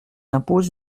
impose